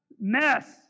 Mess